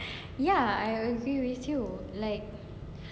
ya I agree with you like